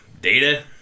data